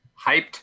hyped